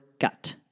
gut